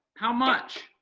how much?